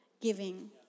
giving